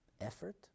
effort